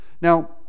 Now